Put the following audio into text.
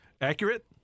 accurate